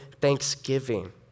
thanksgiving